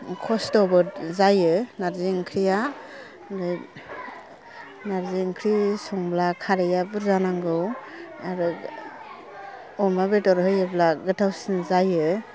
खस्थ'बो जायो नार्जि ओंख्रिया नार्जि ओंख्रि संब्ला खारैआ बुर्जा नांगौ आरो अमा बेदर होयोब्ला गोथावसिन जायो